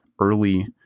early